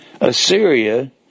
Assyria